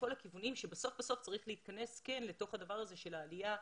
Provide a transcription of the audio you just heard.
בסוף צריך להתכנס לתוך הדבר הזה של העלייה.